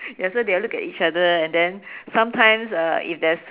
ya so they'll look at each other and then sometimes uh if there's